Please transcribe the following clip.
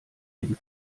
den